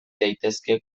daitezke